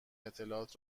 اطلاعات